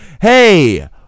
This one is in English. hey